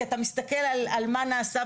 כי אתה מסתכל על מה נעשה.